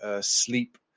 sleep